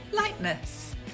lightness